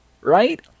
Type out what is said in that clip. right